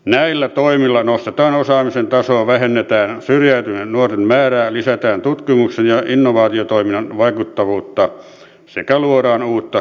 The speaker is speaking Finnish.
näillä toimilla nostetaan osaamisen tasoa vähennetään syrjäytyneiden nuorten määrää lisätään tutkimuksen ja innovaatiotoiminnan vaikuttavuutta sekä luodaan uutta koulutusvientiä